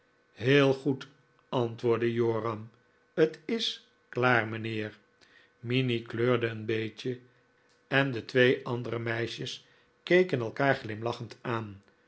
heel goedl antwoordde joram t is klaar mijnheer minnie kleurde een beetje en de twee andere meisjes keken elkaar glimlachend aan